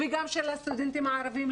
וגם של הסטודנטים הערבים,